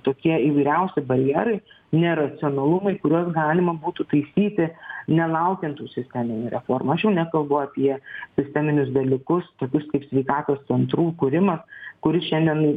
tokie įvairiausi barjerai neracionalumai kuriuos galima būtų taisyti nelaukiant tų sisteminių reformos aš jau nekalbu apie sisteminius dalykus tokius kaip sveikatos centrų kūrimą kuri šiandien